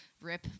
rip